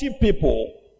people